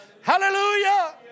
Hallelujah